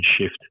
shift